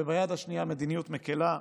וביד השנייה מדיניות מקילה.